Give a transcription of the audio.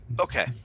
Okay